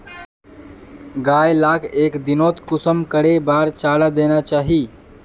गाय लाक एक दिनोत कुंसम करे बार चारा देना चही?